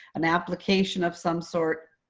an application of some sort,